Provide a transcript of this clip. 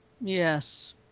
Yes